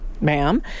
ma'am